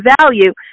value